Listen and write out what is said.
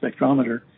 spectrometer